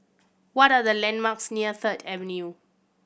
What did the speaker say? what are the landmarks near Third Avenue